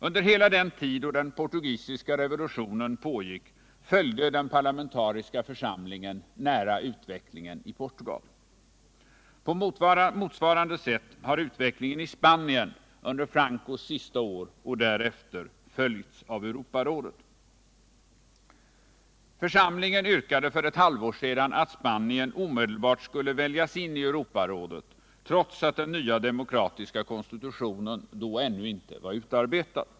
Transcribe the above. Under hela den tid då den portugisiska revolutionen pågick följde den parlamentariska församlingen nära utvecklingen i Portugal. På motsvarande sätt har utvecklingen i Spanien under Francos sista år och därefter följts av Europarådet. Församlingen yrkade för ett halvår sedan att Spanien omedelbart skulle väljas in i Europarådet trots att den nya demokratiska konstitutionen då ännu inte var utarbetad.